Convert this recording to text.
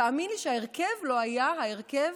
תאמין לי שההרכב לא היה ההרכב